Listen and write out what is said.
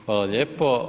Hvala lijepo.